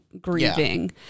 grieving